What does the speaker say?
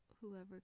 Whoever